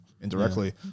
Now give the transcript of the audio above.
Indirectly